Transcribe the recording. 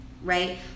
right